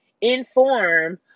inform